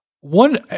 one